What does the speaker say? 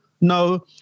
no